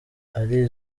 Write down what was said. ari